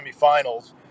semifinals